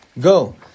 Go